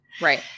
Right